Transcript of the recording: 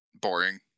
Boring